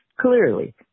clearly